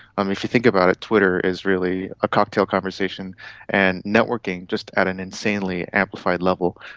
um if you think about it, twitter is really a cocktail conversation and networking, just at an insanely amplified level.